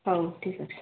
ହେଉ ଠିକ ଅଛି